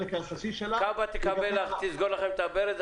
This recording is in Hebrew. כב"א תסגור לכם את הברז,